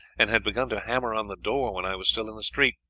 and had begun to hammer on the door when i was still in the street.